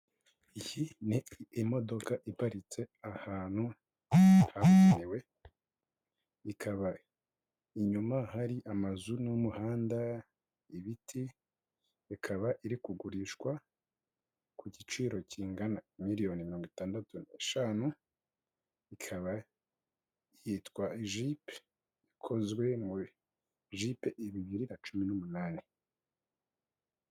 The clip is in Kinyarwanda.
Iyi ni imodoka iparitse ahantu hagenewe ikaba inyuma hari amazu n'umuhanda, ibiti, ikaba iri kugurishwa ku giciro kingana miliyoni mirongo itandatu eshanu, ikaba yitwa jipe ikozwe muri jipe bibiri na cumi n'umunani.